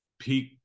peak